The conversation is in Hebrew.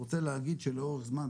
רוצה להגיד שלאורך זמן,